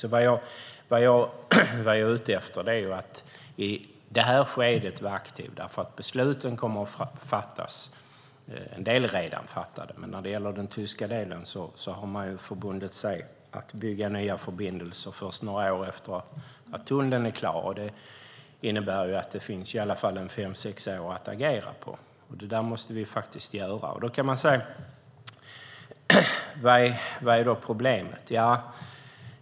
Därför är det viktigt att vi i det här skedet är aktiva. Besluten kommer att fattas, och en del är redan fattade. När det gäller den tyska delen har man förbundit sig att bygga nya förbindelser först några år efter att tunneln är klar. Det innebär att det finns åtminstone fem sex år att agera på. Det måste vi göra. Vad är då problemet?